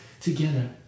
together